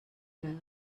know